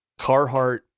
Carhartt